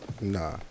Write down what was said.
nah